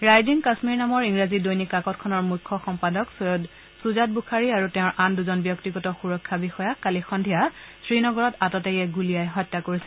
rising Kashmir নামৰ ইংৰাজী দৈনিক কাকতখনৰ মুখ্য সম্পাদক চৈয়দ খুজাত বুখাৰী আৰু তেওঁৰ আন দুজন ব্যক্তিগত সুৰক্ষা বিষয়াক কালি সন্ধ্যা শ্ৰীনগৰত আততায়ীয়ে গুলিয়াই হত্যা কৰিছিল